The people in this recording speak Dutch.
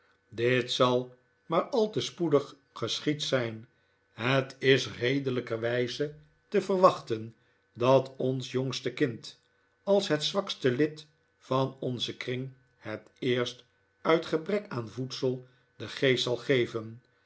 dit zal maar al te spoedig geschied zijn het is redelijkerwijze te verwachten dat ons jongste kind als het zwakste lid van onzen kring het eerst uit gebrek aan voedsel den geest zal geven